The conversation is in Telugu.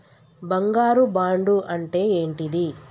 బంగారు బాండు అంటే ఏంటిది?